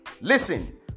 Listen